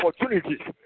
opportunities